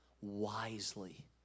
wisely